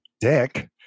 dick